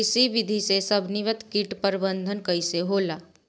कृषि विधि से समन्वित कीट प्रबंधन कइसे होला?